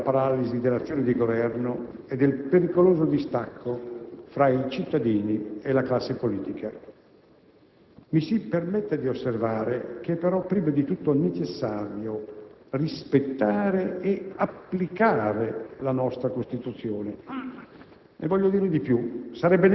sono tra le cause prime della paralisi dell'azione di Governo e del pericoloso distacco fra i cittadini e la classe politica. Mi si permetta di osservare che è però prima di tutto necessario rispettare e applicare la nostra Costituzione,